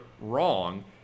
wrong